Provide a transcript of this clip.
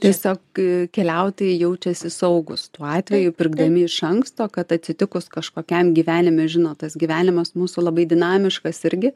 tiesiog keliautojai jaučiasi saugūs tuo atveju pirkdami iš anksto kad atsitikus kažkokiam gyvenime žinot tas gyvenimas mūsų labai dinamiškas irgi